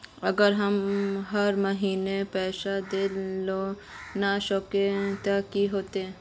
अगर हम हर महीना पैसा देल ला न सकवे तब की होते?